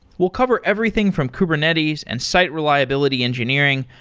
we'll cover everything from kubernetes and site reliability engineering,